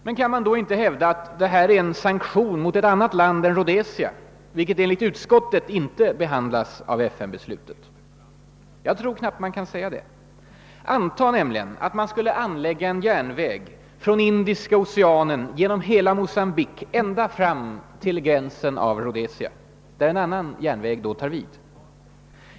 Men kan man då inte hävda att det här är en sanktion mot ett annat land än Rhodesia, vilket enligt utskottet inte omfattas av FN-beslutet? Jag tror knappast att man kan säga det. Anta att man skulle anlägga en järnväg från Indiska oceanen genom hela Mocambique ända fram till gränsen av Rhodesia, där en annan järnväg då tar vid!